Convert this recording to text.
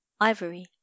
ivory